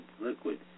liquid